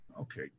Okay